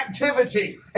activity